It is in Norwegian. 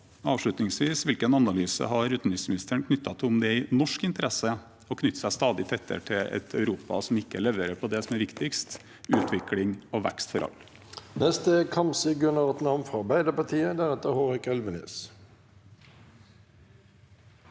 avslutningsvis: Hvilken analyse har utenriksministeren av om det er i norsk interesse å knytte seg stadig tettere til et Europa som ikke leverer på det som er viktigst – utvikling og vekst for alle?